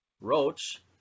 Roach